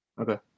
Okay